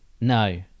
No